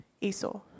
Esau